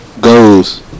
Goals